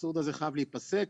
האבסורד הזה חייב להיפסק.